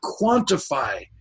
quantify